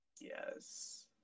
Yes